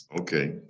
Okay